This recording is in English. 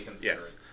yes